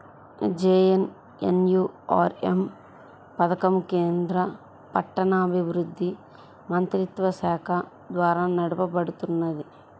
JNNURM పథకం కేంద్ర పట్టణాభివృద్ధి మంత్రిత్వశాఖ ద్వారా నడపబడుతున్నది